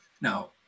Now